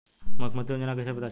मुख्यमंत्री योजना कइसे पता चली?